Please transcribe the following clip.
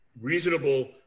reasonable